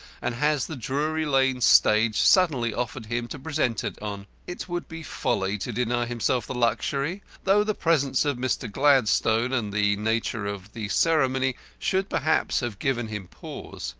and has the drury lane stage suddenly offered him to present it on. it would be folly to deny himself the luxury, though the presence of mr. gladstone and the nature of the ceremony should perhaps have given him pause.